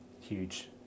huge